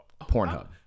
Pornhub